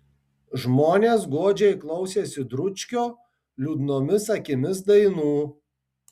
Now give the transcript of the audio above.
žmonės godžiai klausėsi dručkio liūdnomis akimis dainų